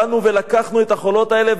באנו ולקחנו את החולות האלה,